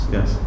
Yes